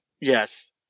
Yes